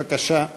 בבקשה,